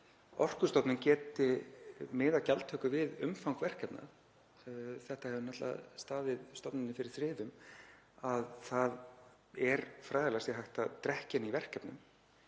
Orkustofnun geti miðað gjaldtöku við umfang verkefna. Það hefur náttúrlega staðið stofnuninni fyrir þrifum að það er fræðilega séð hægt að drekkja henni í verkefnum